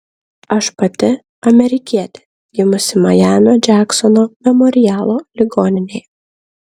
aš pati amerikietė gimusi majamio džeksono memorialo ligoninėje